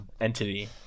entity